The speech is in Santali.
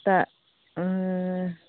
ᱴᱟᱜ